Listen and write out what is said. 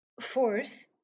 fourth